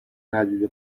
ندیده